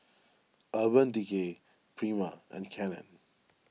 Urban Decay Prima and Canon